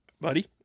Buddy